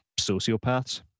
sociopaths